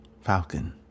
Falcon